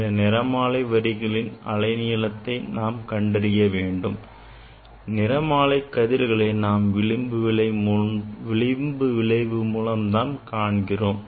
இந்த நிறமாலை வரிகளின் அலை நீளத்தை நாம் கண்டறிய வேண்டும் நிறமாலை கதிர்களை நாம் விளிம்பு விளைவு மூலம்தான் காண்கிறோம்